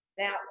now